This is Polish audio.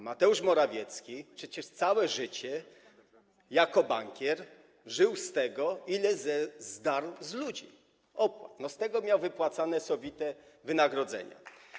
Mateusz Morawiecki przecież całe życie jako bankier żył z tego, ile zdarł z ludzi opłat, z tego miał wypłacane sowite wynagrodzenia.